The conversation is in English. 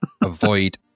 Avoid